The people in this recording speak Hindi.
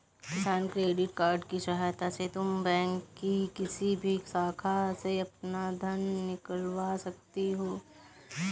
किसान क्रेडिट कार्ड की सहायता से तुम बैंक की किसी भी शाखा से अपना धन निकलवा सकती हो